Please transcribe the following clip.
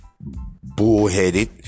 bullheaded